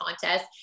contest